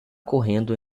correndo